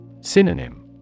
Synonym